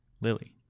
Lily